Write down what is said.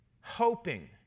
hoping